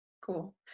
Cool